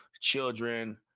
children